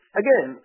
again